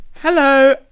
Hello